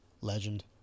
legend